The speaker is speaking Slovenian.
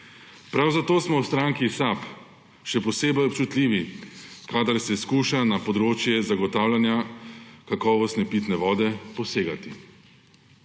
Prav zato smo v stranki SAB še posebej občutljivi, kadar se poskuša na področje zagotavljanja kakovostne pitne vode posegati.